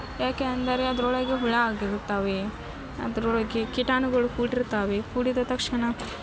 ಯಾಕೆ ಅಂದರೆ ಅದರೊಳಗೆ ಹುಳ ಆಗಿರುತ್ತವೆ ಅದರೊಳಗೆ ಕೀಟಾಣುಗಳು ಕೂಡಿರ್ತವೆ ಕೂಡಿದ ತಕ್ಷಣ